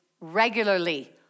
regularly